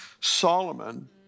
Solomon